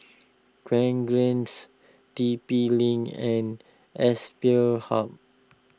Fragrance T P Link and Aspire Hub